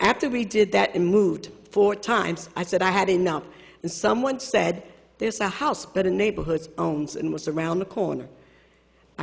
after we did that and moved four times i said i had enough and someone said there's a house but in neighborhoods own and was around the corner i